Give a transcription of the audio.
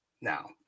Now